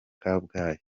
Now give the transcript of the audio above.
kabgayi